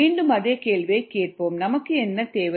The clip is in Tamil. மீண்டும் அதே கேள்விகளைக் கேட்போம் நமக்கு என்ன தேவை